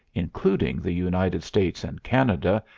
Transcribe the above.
including the united states and canada,